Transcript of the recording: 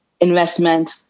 investment